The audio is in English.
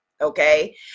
Okay